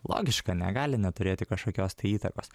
logiška negali neturėti kažkokios tai įtakos